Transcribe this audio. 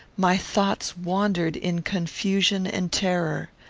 my thoughts wandered in confusion and terror.